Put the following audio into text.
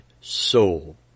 soul